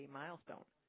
milestone